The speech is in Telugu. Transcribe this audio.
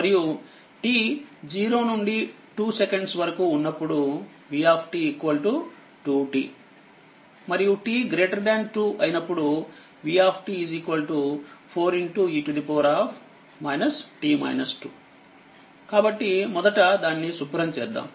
మరియు t 0 నుండి 2 సెకండ్స్ వరకు ఉన్నప్పుడు v 2t మరియు t 2 అయినప్పుడు v 4 e కాబట్టిమొదట దాన్ని శుభ్రం చేద్దాం